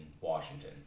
Washington